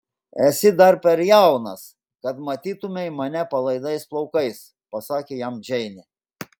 esi dar per jaunas kad matytumei mane palaidais plaukais pasakė jam džeinė